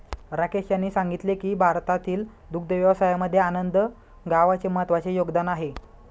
राकेश यांनी सांगितले की भारतातील दुग्ध व्यवसायामध्ये आनंद गावाचे महत्त्वाचे योगदान आहे